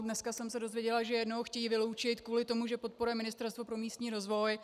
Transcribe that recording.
Dneska jsem se dozvěděla, že jednoho chtějí vyloučit kvůli tomu, že podporuje Ministerstvo pro místní rozvoj.